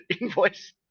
invoice